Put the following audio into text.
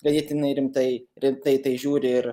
ganėtinai rimtai rimtai į tai žiūri